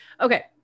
Okay